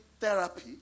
therapy